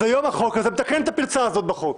אז היום החוק הזה מתקן את הפרצה הזאת בחוק.